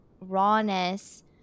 rawness